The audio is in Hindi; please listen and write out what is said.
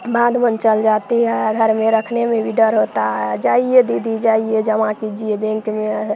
बाध वन चली जाती है घर में रखने में भी डर होता है जाइए दीदी जाइए जमा कीजिए बैंक में